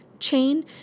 chain